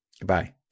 Goodbye